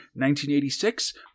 1986